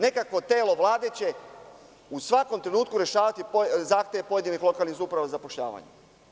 Nekakvo telo Vlade će u svakom trenutku rešavati zahteve pojedinih lokalnih samouprava za zapošljavanjem.